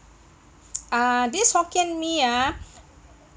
uh this hokkien mee ah